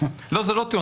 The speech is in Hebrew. לא, זה לא טיעון.